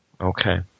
Okay